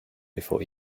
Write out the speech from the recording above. before